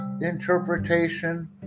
interpretation